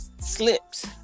slipped